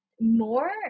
more